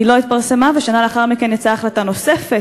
היא לא התפרסמה, ושנה לאחר מכן יצאה החלטה נוספת,